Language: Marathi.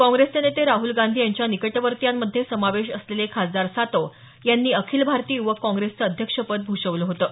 काँग्रेसचे नेते राहल गांधी यांच्या निकटवर्तीयांमध्ये समावेश असलेले खासदार सातव यांनी अखिल भारतीय युवक काँग्रेसचं अध्यक्षपद भूषवलं होतं